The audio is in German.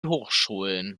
hochschulen